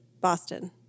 Boston